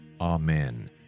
Amen